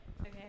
Okay